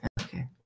okay